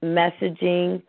messaging